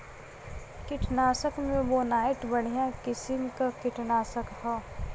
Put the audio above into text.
कीटनाशक में बोनाइट बढ़िया किसिम क कीटनाशक हौ